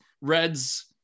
Reds